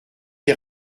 des